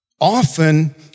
often